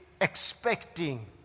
expecting